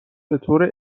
بطور